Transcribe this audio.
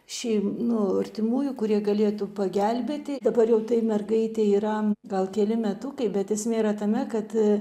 šei nu artimųjų kurie galėtų pagelbėti dabar jau tai mergaitei yra gal keli metukai bet esmė yra tame kad